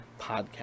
podcast